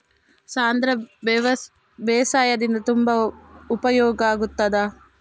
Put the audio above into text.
ಸಾಂಧ್ರ ಬೇಸಾಯದಿಂದ ತುಂಬಾ ಉಪಯೋಗ ಆಗುತ್ತದಾ?